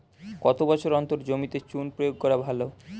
কত বছর অন্তর জমিতে চুন প্রয়োগ করা ভালো?